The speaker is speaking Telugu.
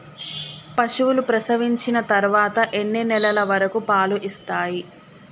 పశువులు ప్రసవించిన తర్వాత ఎన్ని నెలల వరకు పాలు ఇస్తాయి?